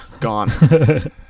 Gone